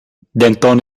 denton